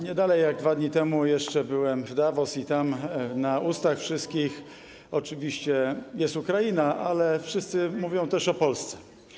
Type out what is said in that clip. Nie dalej jak 2 dni temu byłem jeszcze w Davos i tam na ustach wszystkich oczywiście jest Ukraina, ale wszyscy mówią też o Polsce.